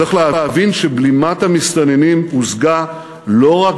צריך להבין שבלימת המסתננים הושגה לא רק